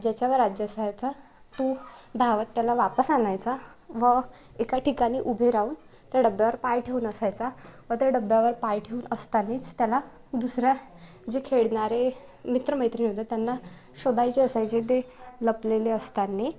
ज्याच्यावर राज्य असायचा तो धावत त्याला वापस आणायचा व एका ठिकाणी उभे राहून त्या डब्यावर पाय ठेवून असायचा व त्या डब्यावर पाय ठेवून असतानाच त्याला दुसरा जे खेळणारे मित्रमैत्रिणी होते त्यांना शोधायचे असायचे ते लपलेले असताना